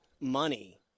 money